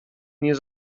nie